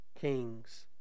kings